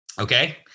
Okay